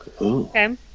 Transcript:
Okay